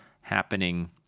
happening